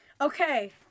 Okay